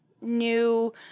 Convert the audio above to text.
new